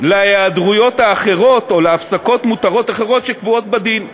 היעדרויות אחרות או הפסקות מותרות אחרות שקבועות בדין.